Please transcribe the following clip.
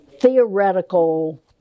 theoretical